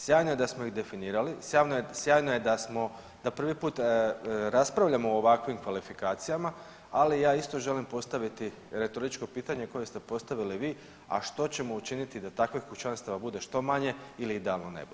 Sjajno je da smo ih definirali, sjajno je da smo, da prvi put raspravljamo o ovakvim kvalifikacijama, ali ja isto želim postaviti retoričko pitanje koje ste postavili vi, a što ćemo učiniti da takvih kućanstava bude što manje ili da ih ne bude?